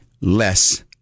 less